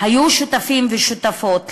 והיו שותפים ושותפות למאבק,